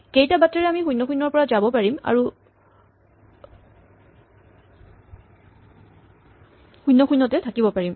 কেইটা বাটেৰে আমি ০ ০ ৰ পৰা যাব পাৰিম আৰু ০ ০ তে থাকিব পাৰিম